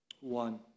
One